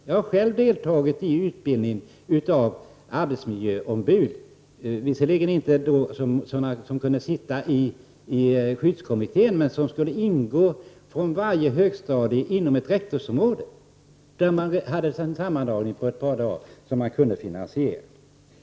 Jag har själv deltagit i utbildning av arbetsmiljöombud, visserligen inte av sådana som kunde sitta i skyddskommittéer, men sådana som skulle ingå från varje högstadieskola inom ett rektorsområde där man under ett par dagar hade en träff, som man kunde finansiera.